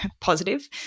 positive